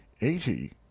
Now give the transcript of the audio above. eighty